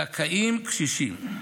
זכאים קשישים.